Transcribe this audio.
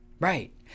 Right